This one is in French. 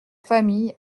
famille